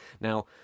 Now